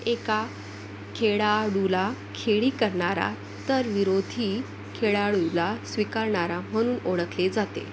एका खेळाडूला खेळी करणारा तर विरोधी खेळाडूला स्वीकारणारा म्हणून ओळखले जाते